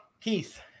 Keith